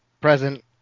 present